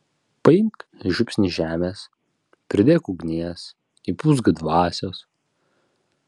paimk žiupsnį žemės pridėk ugnies įpūsk dvasios